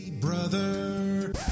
Brother